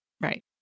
Right